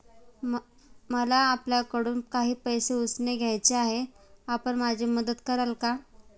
मला आपल्याकडून काही पैसे उसने घ्यायचे आहेत, आपण माझी मदत कराल का?